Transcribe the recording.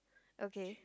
okay